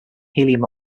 helium